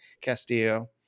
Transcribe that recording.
Castillo